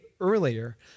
earlier